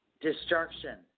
destruction